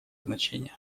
значение